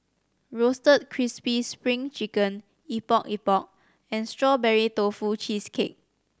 Roasted Crispy Spring Chicken Epok Epok and Strawberry Tofu Cheesecake